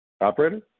Operator